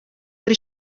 пӗр